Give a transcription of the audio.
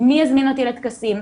מי יזמין אותי לטקסים,